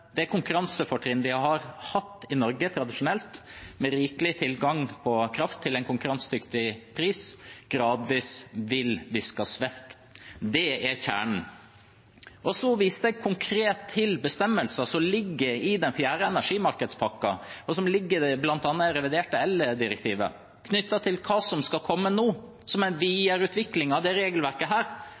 det konkurransefortrinn vi har hatt i Norge tradisjonelt, med rikelig tilgang på kraft til en konkurransedyktig pris, gradvis vil viskes vekk. Det er kjernen. Så viste jeg konkret til bestemmelser som ligger i fjerde energimarkedspakke, og som ligger bl.a. i det reviderte eldirektivet, knyttet til hva som skal komme nå som en videreutvikling av dette regelverket.